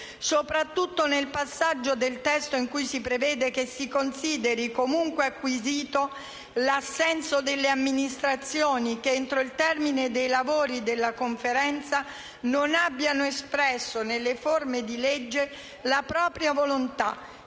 soprattutto nel passaggio del testo in cui si prevede che «si consideri comunque acquisito l'assenso delle amministrazioni che, entro il termine dei lavori della conferenza, non abbiano espresso, nelle forme di legge, la propria volontà,